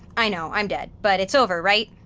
i know i'm dead, but it's over right?